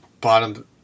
bottom